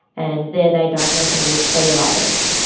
and there they diagnosed me with cellulitis.